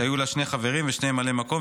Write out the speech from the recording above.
שהיו לה שני חברים ושני ממלאי מקום,